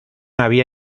había